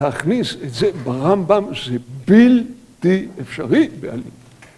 להכניס את זה ברמב״ם זה בלתי אפשרי בעליל.